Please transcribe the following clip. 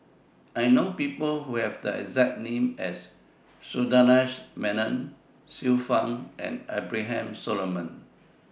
I know People Who Have The exact name as Sundaresh Menon Xiu Fang and Abraham Solomon